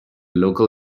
local